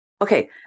Okay